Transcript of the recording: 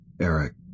Eric